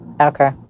Okay